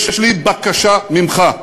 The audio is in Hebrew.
יש לי בקשה ממך: